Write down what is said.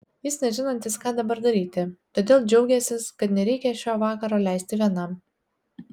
jis nežinantis ką dabar daryti todėl džiaugiąsis kad nereikią šio vakaro leisti vienam